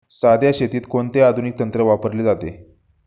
सध्या शेतीत कोणते आधुनिक तंत्र वापरले जाते?